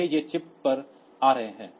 इसलिए वे चिप पर आ रहे हैं